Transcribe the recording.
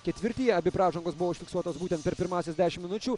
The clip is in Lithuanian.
ketvirtyje abi pražangos buvo užfiksuotos būtent per pirmąsias dešimt minučių